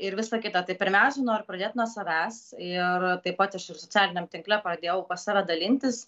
ir visa kita tai pirmiausia noriu pradėt nuo savęs ir taip pat aš ir socialiniame tinkle pradėjau pas save dalintis